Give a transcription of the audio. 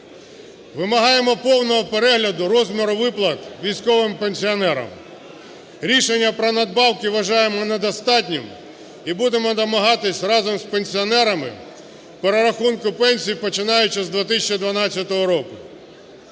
Вимагаємо повного перегляду розміру виплат військовим пенсіонерам. Рішення про набавки вважаємо недостатніми і будемо домагатися разом з пенсіонерамиперерахунку пенсій, починаючи з 2012 року.